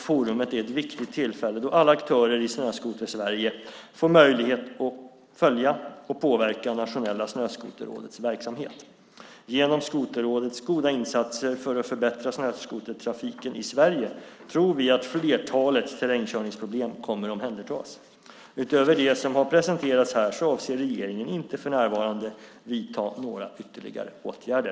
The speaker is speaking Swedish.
Forumet är ett viktigt tillfälle då alla aktörer i Snöskotersverige får möjlighet att följa och påverka Nationella snöskoterrådets verksamhet. Genom Skoterrådets goda insatser för att förbättra snöskotertrafiken i Sverige tror vi att flertalet terrängkörningsproblem kommer att omhändertas. Utöver det som har presenterats här avser regeringen inte för närvarande att vidta några ytterligare åtgärder.